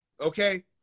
okay